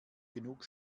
genug